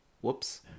whoops